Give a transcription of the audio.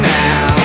now